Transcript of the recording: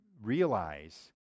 realize